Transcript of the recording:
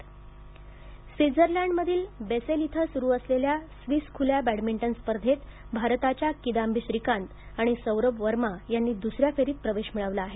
Swiss खली badminton स्पर्धा Switzerland मधील बेसेल इथं सुरु असलेल्या स्विस खुल्या बॅडमिंटन स्पर्धेत भारताच्या किदांबी श्रीकांत आणि सौरभ वर्मा यांनी द्सऱ्या फेरीत प्रवेश मिळवला आहे